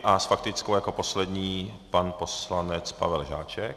A s faktickou jako poslední pan poslanec Pavel Žáček.